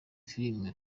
film